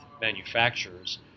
manufacturers